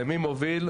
זה ממוביל,